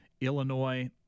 Illinois